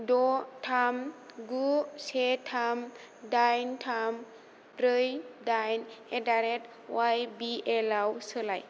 द' थाम गु से थाम दाइन थाम ब्रै दाइन एटडारेट अवाय बि एल आव सोलाय